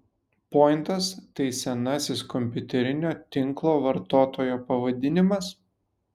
pointas tai senasis kompiuterinio tinklo vartotojo pavadinimas